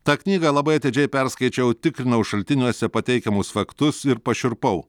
tą knygą labai atidžiai perskaičiau tikrinau šaltiniuose pateikiamus faktus ir pašiurpau